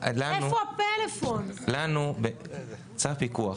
צו פיקוח